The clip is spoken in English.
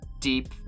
deep